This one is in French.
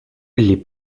les